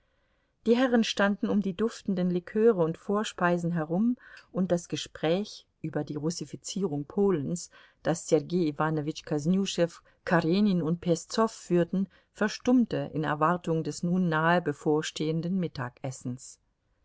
die herren standen um die duftenden liköre und vorspeisen herum und das gespräch über die russifizierung polens das sergei iwanowitsch kosnüschew karenin und peszow führten verstummte in erwartung des nun nahe bevorstehenden mittagessens